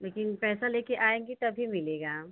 लेकिन पैसा लेकर आएँगी तभी मिलेगा